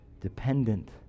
dependent